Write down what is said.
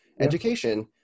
education